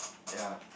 ya